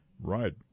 Right